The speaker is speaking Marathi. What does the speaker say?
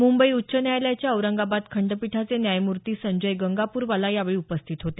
मुंबई उच्च न्यायालयाच्या औरंगाबाद खंडपीठाचे न्यायमूर्ती संजय गंगापूरवाला यावेळी उपस्थित होते